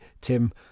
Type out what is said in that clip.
Tim